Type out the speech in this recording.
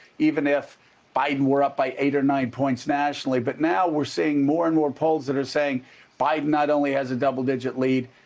even if biden were up by eight or nine points nationally, but now we're seeing more and more polls that are saying biden not only has a double-digit lead,